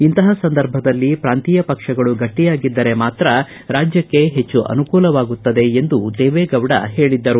ಇಂತಹ ಸಂದರ್ಭದಲ್ಲಿ ಪ್ರಾಂತೀಯ ಪಕ್ಷಗಳು ಗಟ್ಟಿಯಾಗಿದ್ದರೆ ಮಾತ್ರ ರಾಜ್ಯಕ್ಷೆ ಹೆಚ್ಚು ಅನುಕೂಲವಾಗುತ್ತದೆ ಎಂದು ದೇವೇಗೌಡ ಹೇಳದರು